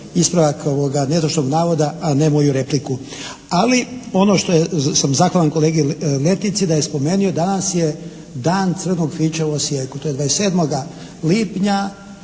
ispravak netočnog navoda, a ne moju repliku ali ono što sam zahvalan kolegi Letici da je spomenuo danas je dan crvenog fiće u Osijeku. To je 27. lipnja